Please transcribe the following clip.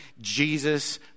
Jesus